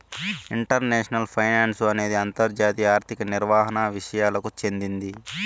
international finance అనేది అంతర్జాతీయ ఆర్థిక నిర్వహణ విసయాలకు చెందింది